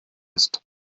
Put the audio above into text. ist